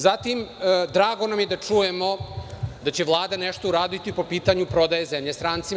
Zatim, drago nam je da čujemo da će Vlada nešto uraditi po pitanju prodaje zemlje strancima.